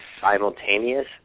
simultaneous